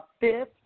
fifth